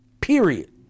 period